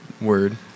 word